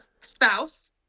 spouse